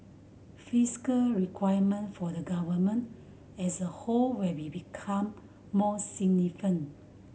fiscal requirement for the Government as a whole will be become more significant